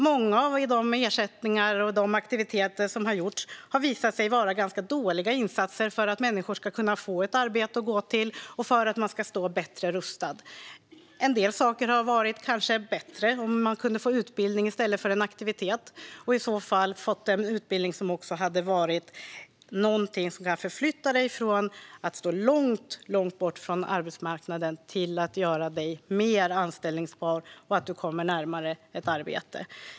Många av de ersättningar och aktiviteter som har funnits har visat sig vara ganska dåliga insatser för att människor ska få ett arbete att gå till och för att de ska stå bättre rustade. Ibland hade det kanske varit bättre om du hade kunnat få en utbildning i stället för en aktivitet, och i så fall en utbildning som hade kunnat förflytta dig från ett läge där du står långt bort från arbetsmarknaden till ett läge där du är mer anställbar och närmare ett arbete.